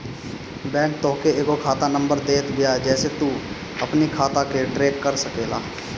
bank तोहके एगो खाता नंबर देत बिया जेसे तू अपनी खाता के ट्रैक कर सकेला